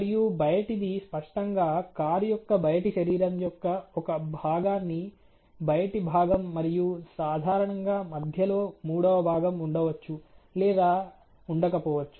మరియు బయటిది స్పష్టంగా కారు యొక్క బయటి శరీరం యొక్క ఒక భాగాన్ని బయటి భాగం మరియు సాధారణంగా మధ్యలో మూడవ భాగం ఉండవచ్చు లేదా ఉండకపోవచ్చు